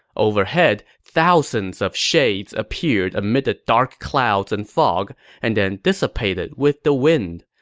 overhead, thousands of shades appeared amid the dark clouds and fog and then dissipated with the wind.